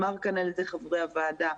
נאמר כאן על ידי חברי הוועדה.